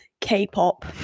K-pop